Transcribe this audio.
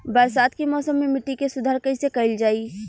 बरसात के मौसम में मिट्टी के सुधार कईसे कईल जाई?